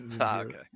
Okay